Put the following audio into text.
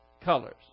colors